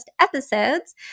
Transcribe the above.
episodes